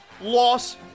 loss